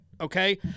okay